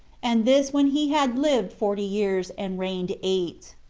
and this when he had lived forty years, and reigned eight.